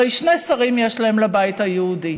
הרי שני שרים יש להם, לבית היהודי.